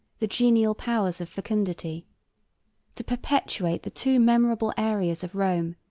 the genial powers of fecundity to perpetuate the two memorable aeras of rome,